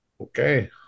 Okay